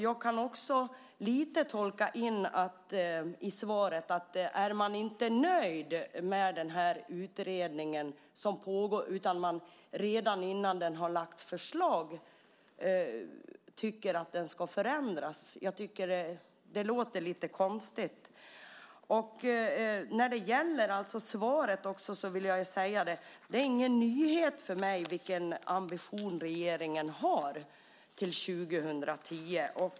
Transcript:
Jag kan också litegrann tolka in följande i svaret: Är man inte nöjd med den utredning som pågår utan tycker att den ska förändras redan innan den har lagt fram sitt förslag? Jag tycker att det låter lite konstigt. När det gäller svaret vill jag också säga att det inte är någon nyhet för mig vilken ambition regeringen har till 2010.